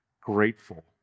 Grateful